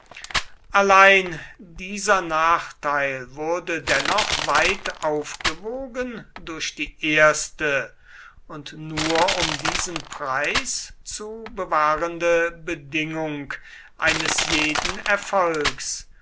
allein dieser nachteil wurde dennoch weit aufgewogen durch die erste und nur um diesen preis zu bewahrende bedingung eines jeden erfolgs